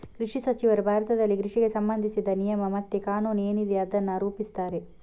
ಕೃಷಿ ಸಚಿವರು ಭಾರತದಲ್ಲಿ ಕೃಷಿಗೆ ಸಂಬಂಧಿಸಿದ ನಿಯಮ ಮತ್ತೆ ಕಾನೂನು ಏನಿದೆ ಅದನ್ನ ರೂಪಿಸ್ತಾರೆ